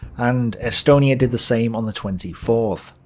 and estonia did the same on the twenty fourth.